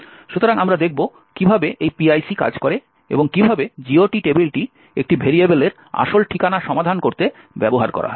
সুতরাং আমরা দেখব কিভাবে এই PIC কাজ করে এবং কিভাবে GOT টেবিলটি একটি ভেরিয়েবলের আসল ঠিকানা সমাধান করতে ব্যবহার করা হয়